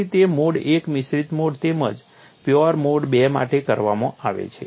તેથી તે mode I મિશ્રિત મોડ તેમજ પ્યોર મોડ II માટે કરવામાં આવે છે